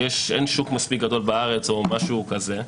ואין שוק מספיק גדול בארץ או משהו כזה,